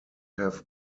have